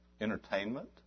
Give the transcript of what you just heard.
entertainment